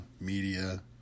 media